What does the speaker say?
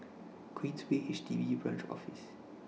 Queensway HDB Branch Office